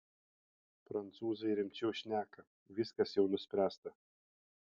prancūzai rimčiau šneka viskas jau nuspręsta